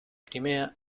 crimea